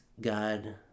god